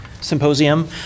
symposium